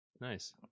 Nice